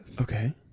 Okay